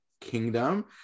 kingdom